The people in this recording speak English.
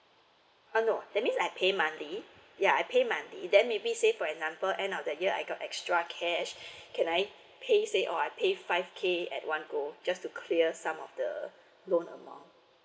uh no that means I pay monthly ya I pay monthly then maybe say for example end of the year I got extra cash can I pay say or I pay five k at one go just to clear some of the loan amount